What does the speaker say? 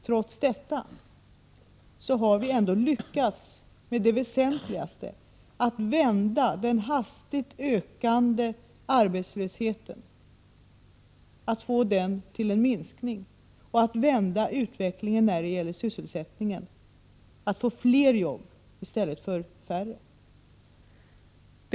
Trots detta har vi ändå lyckats med det väsentligaste, att vända den hastigt ökande arbetslösheten så att den börjar minska och vända utvecklingen när det gäller sysselsättningen så att det blir fler jobb i stället för färre.